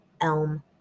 elm